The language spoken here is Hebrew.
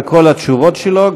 על כל התשובות שלו.